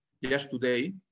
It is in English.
yesterday